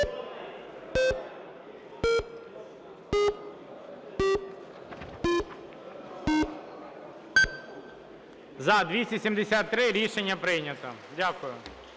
За-273 Рішення прийнято. Дякую.